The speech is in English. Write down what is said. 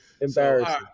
Embarrassing